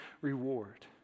reward